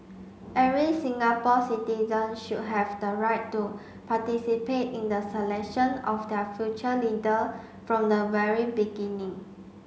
every Singapore citizen should have the right to participate in the selection of their future leader from the very beginning